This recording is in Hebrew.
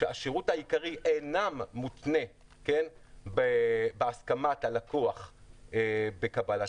השירות העיקרי אינו מותנה בהסכמת הלקוח בקבלתם,